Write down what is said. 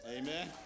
Amen